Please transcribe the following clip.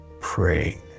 praying